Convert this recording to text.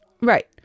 Right